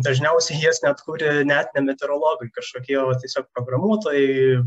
dažniausiai jas net kuria net ne meteorologai kažkokie o tiesiog programuotojai